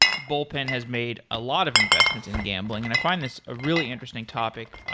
bullpen has made a lot of investments in gambling, and i find this a really interesting topic.